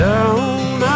Down